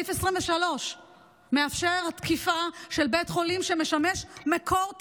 סעיף 23 מאפשר תקיפה של בית חולים שמשמש מקור טרור.